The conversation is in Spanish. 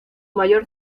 mayor